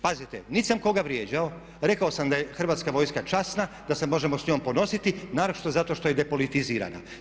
Pazite, niti sam koga vrijeđao, rekao sam da je Hrvatska vojska časna, da se možemo s njom ponositi naročito zato što je depolitizirana.